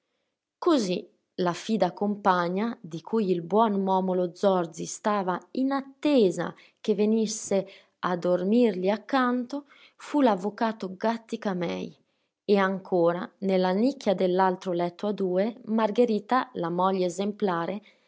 la fida compagna di cui il buon momolo zorzi stava in attesa che venisse a dormirgli accanto fu l'avvocato gàttica-mei e ancora nella nicchia dell'altro letto a due margherita la moglie esemplare